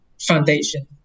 foundation